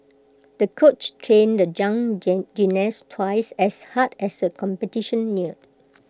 the coach trained the young gymnast twice as hard as the competition neared